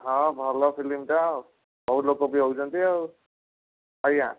ହଁ ଭଲ ଫିଲ୍ମଟା ଆଉ ବହୁତ ଲୋକ ବି ଆଉଛନ୍ତି ଆଉ ଆଜ୍ଞା